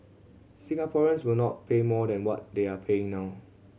Singaporeans will not pay more than what they are paying now